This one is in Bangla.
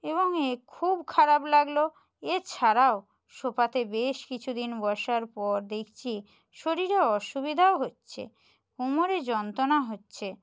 এবং এ খুব খারাপ লাগলো এছাড়াও সোফাতে বেশ কিছু দিন বসার পর দেখছি শরীরে অসুবিধাও হচ্ছে কোমরে যন্ত্রণা হচ্ছে